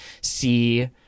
see